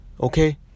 okay